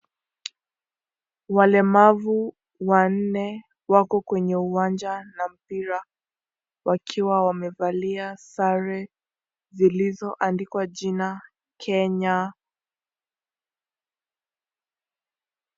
Walemavu wanne wako kwenye uwanja na mpira wakiwa wamevalia sare zilizoandikwa jina Kenya.